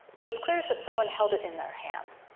what's clear is that someone held it in their hand.